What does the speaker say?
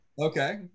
Okay